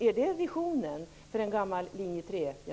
Är det visionen för en gammal linje 3